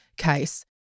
case